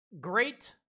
great